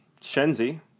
Shenzi